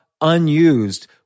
unused